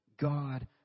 God